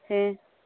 ᱦᱮᱸ